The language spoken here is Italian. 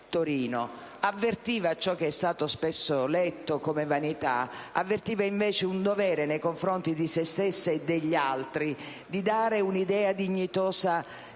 Torino, anche se ciò è stato spesso letto come vanità, mentre avvertiva il dovere nei confronti di se stessa e degli altri di dare un'idea dignitosa di